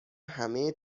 همه